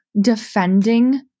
defending